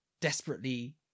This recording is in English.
desperately